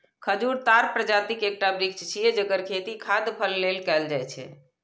खजूर ताड़ प्रजातिक एकटा वृक्ष छियै, जेकर खेती खाद्य फल लेल कैल जाइ छै